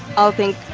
i'll think,